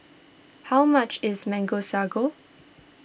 how much is Mango Sago